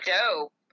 dope